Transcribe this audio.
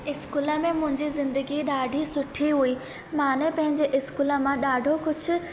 school में मुंहिंजी ज़िंदगी ॾाढी सुठी हुई मां न पंहिंजे इस्कूल मां ॾाढो कुझु